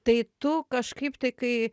tai tu kažkaip tai kai